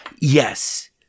Yes